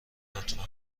لطفا